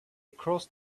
crossed